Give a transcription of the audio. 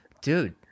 Dude